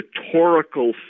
rhetorical